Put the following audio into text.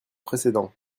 précédent